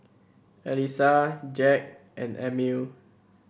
Alissa Jack and Emil